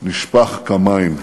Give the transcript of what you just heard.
נשפך כמים.